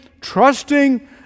trusting